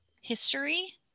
history